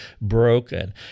broken